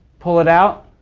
pull it out,